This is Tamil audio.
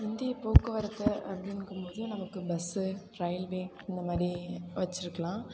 இந்திய போக்குவரத்து அப்படிங்கும்போது நமக்கு பஸ்ஸு ரயில்வே இந்த மாதிரி வைச்சிருக்கலாம்